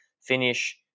finish